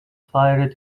fired